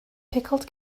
pickled